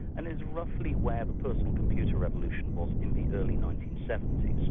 and is roughly where the personal computer revolution was in the early nineteen seventy